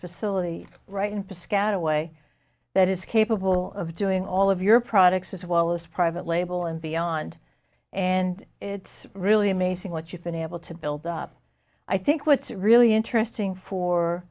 facility right into scan away that is capable of doing all of your products as well as private label and beyond and it's really amazing what you've been able to build up i think what's really interesting for